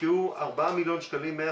הושקעו 4 מיליון שקלים בבניית קיר ים,